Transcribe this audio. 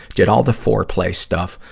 did all the foreplay stuff,